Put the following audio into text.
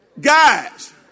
Guys